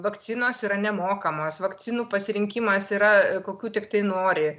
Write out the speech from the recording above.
vakcinos yra nemokamos vakcinų pasirinkimas yra kokių tiktai nori